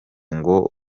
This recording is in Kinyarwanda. ngo